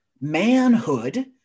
manhood